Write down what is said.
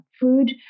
food